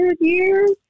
years